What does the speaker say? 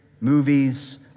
movies